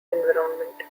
environment